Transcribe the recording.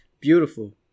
beautiful